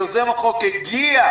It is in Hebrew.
יוזם החוק הגיע.